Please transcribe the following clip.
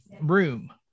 room